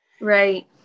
Right